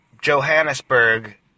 Johannesburg